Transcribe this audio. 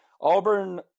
Auburn